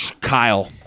Kyle